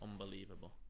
unbelievable